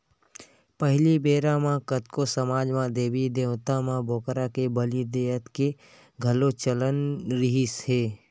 पहिली बेरा म कतको समाज म देबी देवता म बोकरा के बली देय के घलोक चलन रिहिस हे